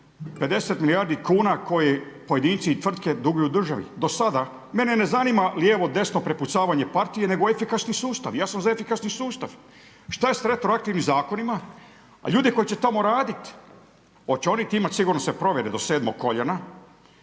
50 milijardi kuna koje pojedinci i tvrtke duguju državi, do sada, mene ne zanima lijevo, desno, prepucavanje partije, nego efikasni sustav, ja sam za efikasni sustav. Što je sa retroaktivnim Zakonima? Ljude koji će tamo raditi, hoće oni…/Govornik se ne razumije/…imati sve provjere do sedmog koljena